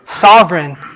sovereign